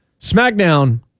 SmackDown